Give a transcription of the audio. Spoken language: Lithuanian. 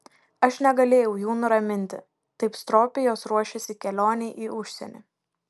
aš negalėjau jų nuraminti taip stropiai jos ruošėsi kelionei į užsienį